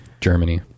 Germany